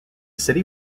city